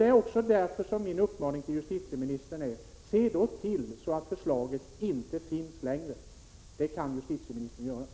Det är också därför som jag riktar följande uppmaning till justitieministern: Se i annat fall till att förslaget inte längre kommer att finnas! Det kan justitieministern göra.